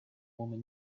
woman